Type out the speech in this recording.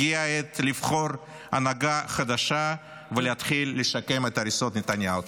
הגיעה העת לבחור הנהגה חדשה ולהתחיל לשקם את הריסות נתניהו.